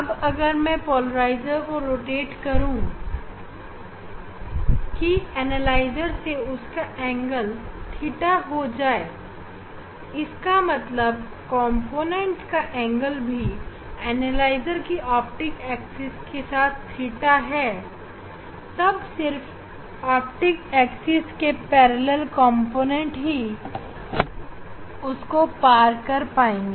अब अगर मैं पोलराइजर को रोटेट करूँ की एनालाइजर से उसका कोण थीटा हो इसका मतलब कॉम्पोनेंटका कोण भी एनालाइजर की ऑप्टिक एक्सिस के साथ थीटा है तब सिर्फ ऑप्टिक एक्सिस के समांतर कॉम्पोनेंटही उसको पास कर पाएंगे